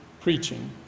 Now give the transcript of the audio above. preaching